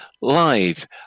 live